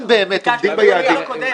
אם באמת עומדים ביעדים האלה.